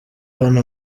hano